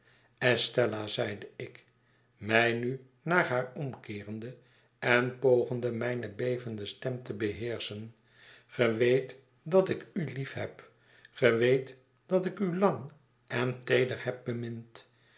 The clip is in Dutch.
estella zeide ik mij nu naar haar omkeerende en pogende mijne bevende stem te beheerschen ge weet dat ik u liefheb ge weet dat ik u lang en teeder heb